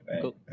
Cool